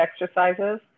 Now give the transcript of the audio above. exercises